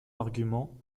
argument